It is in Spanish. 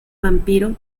vampiro